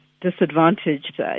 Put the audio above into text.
disadvantaged